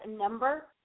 Number